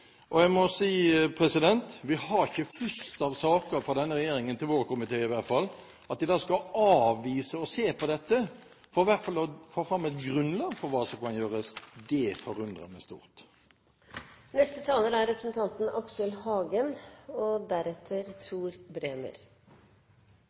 Og jeg må si: Vi får ikke flust av saker fra denne regjeringen til vår komité, i hvert fall. At man da skal avvise å se på dette forslaget, i hvert fall som et grunnlag for hva som kan gjøres, forundrer meg stort. Deler av denne debatten synes jeg er veldig interessant og